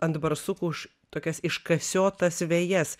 ant barsukų už tokias iškasiotas vejas